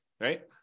right